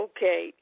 Okay